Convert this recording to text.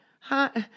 hot